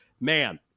man